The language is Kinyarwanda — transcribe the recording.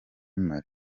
mali